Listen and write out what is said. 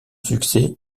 succès